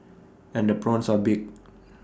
and the prawns are big